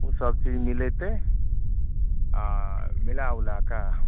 ओ सबचीज मिलेतै आओर मिलै उलैके